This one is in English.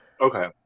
Okay